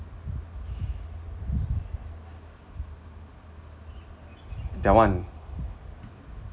that one